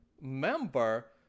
member